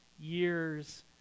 years